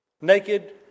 Naked